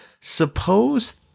Suppose